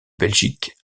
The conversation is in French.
belgique